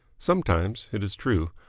sometimes, it is true,